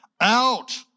out